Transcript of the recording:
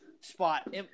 spot